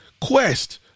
Quest